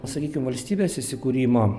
sakykim valstybės įsikūrimo